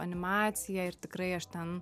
animacija ir tikrai aš ten